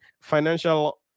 financial